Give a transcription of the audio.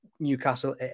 Newcastle